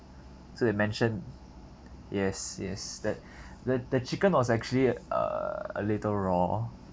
so they mention yes yes that the the chicken was actually err a little raw